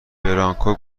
برانکو